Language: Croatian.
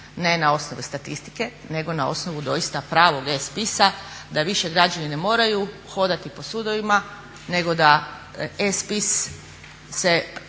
ne na osnovu statistike nego na osnovu doista pravog e-spisa da više građani ne moraju hodati po sudovima, nego da e-spis se